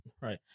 Right